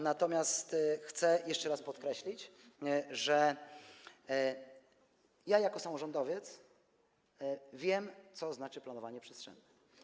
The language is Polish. Natomiast chcę jeszcze raz podkreślić, że ja jako samorządowiec wiem, co znaczy planowanie przestrzenne.